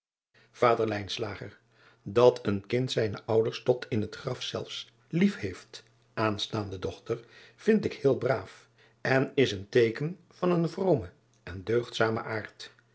ader at een kind zijne ouders tot in het graf zelfs lief heeft aanstaande dochter vind ik heel braaf en is een teeken van een vromen en deugdzamen aard